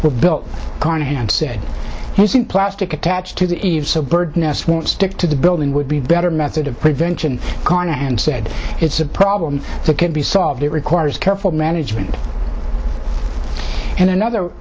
were built carnahan's said he's in plastic attached to the eaves so bird nest won't stick to the building would be better method of prevention carnahan's said it's a problem that can be solved it requires careful management and another